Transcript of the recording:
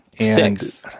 Six